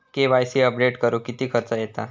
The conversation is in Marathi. के.वाय.सी अपडेट करुक किती खर्च येता?